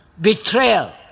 betrayal